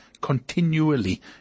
continually